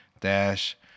dash